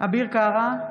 אביר קארה,